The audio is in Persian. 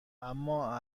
اما